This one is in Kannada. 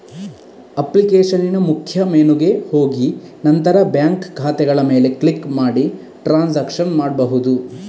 ಅಪ್ಲಿಕೇಶನಿನ ಮುಖ್ಯ ಮೆನುಗೆ ಹೋಗಿ ನಂತರ ಬ್ಯಾಂಕ್ ಖಾತೆಗಳ ಮೇಲೆ ಕ್ಲಿಕ್ ಮಾಡಿ ಟ್ರಾನ್ಸಾಕ್ಷನ್ ಮಾಡ್ಬಹುದು